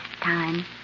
time